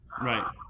right